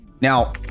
Now